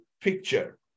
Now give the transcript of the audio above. picture